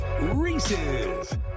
Reese's